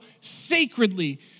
sacredly